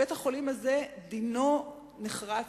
בית-החולים הזה דינו נחרץ,